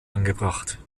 angebracht